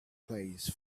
plays